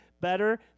better